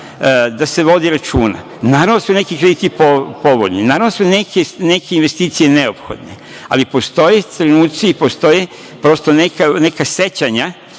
da se vodi računa. Naravno da su neki krediti povoljni, naravno da su neke investicije neophodne, ali postoje trenuci i postoje prosto neka sećanja